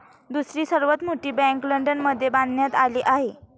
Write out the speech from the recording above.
दुसरी सर्वात मोठी बँक लंडनमध्ये बांधण्यात आली आहे